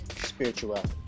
spirituality